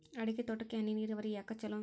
ಅಡಿಕೆ ತೋಟಕ್ಕ ಹನಿ ನೇರಾವರಿಯೇ ಯಾಕ ಛಲೋ?